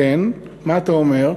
כן, מה אתה אומר?